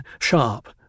sharp